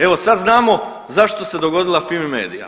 Evo sad znamo zašto se dogodila Fimi medija.